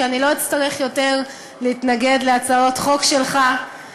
שאני לא אצטרך יותר להתנגד להצעות חוק שלך,